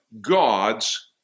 God's